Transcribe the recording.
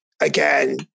again